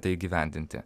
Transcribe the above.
tai įgyvendinti